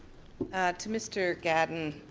ah to mr. gadden,